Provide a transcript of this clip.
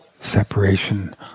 Separation